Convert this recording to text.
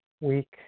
week